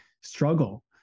struggle